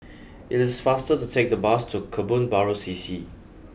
it is faster to take the bus to Kebun Baru C C